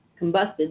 combusted